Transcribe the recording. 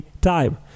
time